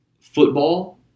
football